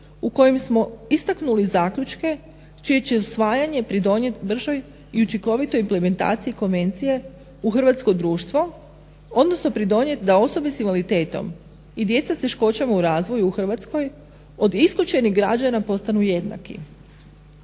u kojem smo istaknuli zaključke čije će usvajanje pridonijeti bržoj i učinkovitoj implementaciji konvencije u hrvatsko društvo, odnosno pridonijeti da osobe s invaliditetom i djeca s teškoćama u razvoju u Hrvatskoj od isključenih građana postaju jednaki.